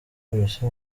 polisi